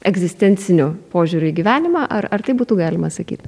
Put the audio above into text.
egzistenciniu požiūriu į gyvenimą ar ar taip būtų galima sakyt